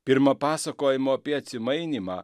pirma pasakojimo apie atsimainymą